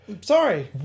Sorry